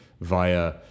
via